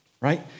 right